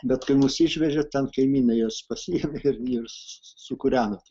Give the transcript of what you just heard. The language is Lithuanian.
bet kai mus išvežė ten kaimynai juos pasiėmė ir ir sukūreno